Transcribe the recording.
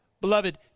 Beloved